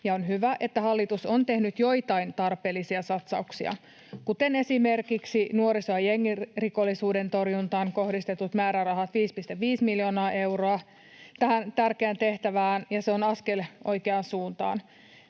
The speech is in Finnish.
on hyvä, että hallitus on tehnyt joitain tarpeellisia satsauksia, kuten esimerkiksi nuoriso‑ ja jengirikollisuuden torjuntaan kohdistetut määrärahat, 5,5 miljoonaa euroa tähän tärkeään tehtävään, ja se on askel oikeaan suuntaan.